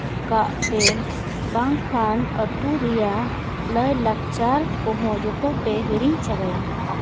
ᱠᱟᱜ ᱯᱮ ᱵᱟᱝᱠᱷᱟᱱ ᱟᱛᱳ ᱨᱮᱭᱟᱜ ᱞᱟᱭᱼᱞᱟᱠᱪᱟᱨ ᱠᱚᱦᱚᱸ ᱡᱚᱛᱚᱯᱮ ᱦᱤᱲᱤᱧ ᱪᱟᱵᱟᱭᱟ